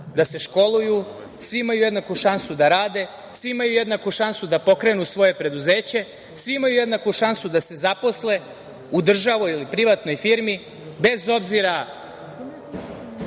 da se školuju, svi imaju jednaku šansu da rade, svi imaju jednaku šansu da pokrenu svoje preduzeće, svi imaju jednaku šansu da se zaposle u državnoj ili privatnoj firmi, bez obzira